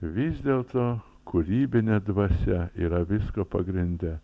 vis dėlto kūrybinė dvasia yra visko pagrinde